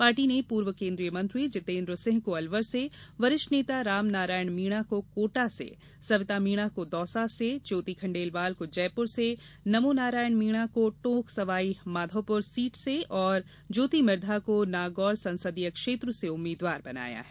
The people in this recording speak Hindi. पार्टी ने पूर्व केंद्रीय मंत्री जितेन्द्र सिंह को अलवर से वरिष्ठ नेता रामनारायण मीणा को कोटा से सविता मीणा को दौसा से ज्योति खंडेलवाल को जयपुर से नमो नारायण मीणा को टोंक सवाई माधोपुर सीट से और ज्योति मिर्धा को नागौर संसदीय क्षेत्र से उम्मीदवार बनाया है